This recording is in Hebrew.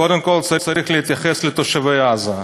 קודם כול, צריך להתייחס לתושבי עזה.